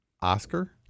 Oscar